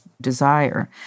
desire